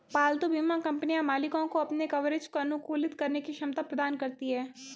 पालतू बीमा कंपनियां मालिकों को अपने कवरेज को अनुकूलित करने की क्षमता प्रदान करती हैं